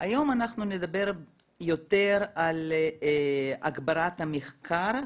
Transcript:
היום אנחנו נדבר יותר על הגברת המחקר,